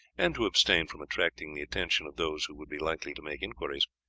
and to abstain from attracting the attention of those who would be likely to make inquiries.